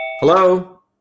Hello